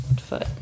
foot